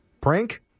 Prank